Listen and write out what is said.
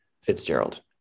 fitzgerald